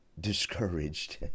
discouraged